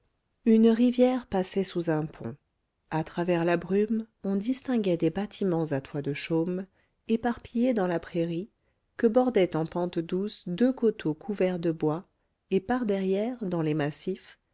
une rivière passait sous un pont à travers la brume on distinguait des bâtiments à toit de chaume éparpillés dans la prairie que bordaient en pente douce deux coteaux couverts de bois et par derrière dans les massifs